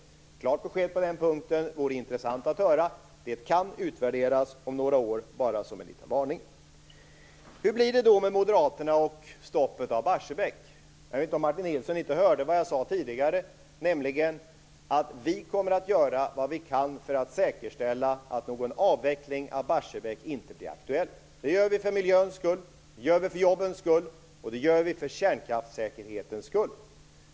Ett klart besked på den punkten vore intressant. Det kan utvärderas om några år - detta bara sagt som en liten varning. Hur blir det då med Moderaterna och stoppet av Barsebäck? Jag vet inte om Martin Nilsson inte hörde vad jag sade tidigare, nämligen att vi kommer att göra vad vi kan för att säkerställa att någon avveckling av Barsebäck inte blir aktuell. Det gör vi för miljöns skull, det gör vi för jobbens skull och det gör vi för kärnkraftssäkerhetens skull.